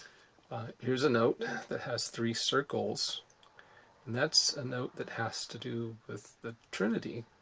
here's a note that has three circles, and that's a note that has to do with the trinity.